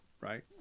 right